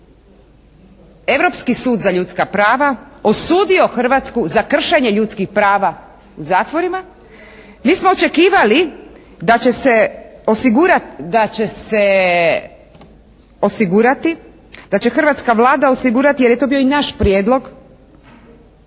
Europski sud za ljudska prava osudio Hrvatsku za kršenje ljudskih prava u zatvorima, mi smo očekivali da će se osigurati, da će hrvatska Vlada osigurati jer je to bio i naš prijedlog